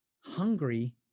hungry